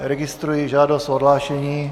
Registruji žádost o odhlášení.